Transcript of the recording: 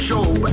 Job